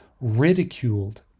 ridiculed